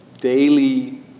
daily